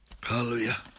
Hallelujah